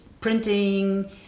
printing